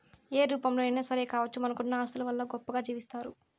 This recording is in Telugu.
ఏ రూపంలోనైనా సరే కావచ్చు మనకున్న ఆస్తుల వల్ల గొప్పగా జీవిస్తారు